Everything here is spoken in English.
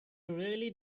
really